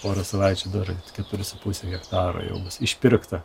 porą savaičių dar keturi su puse hektaro jau bus išpirkta